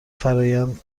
فرایند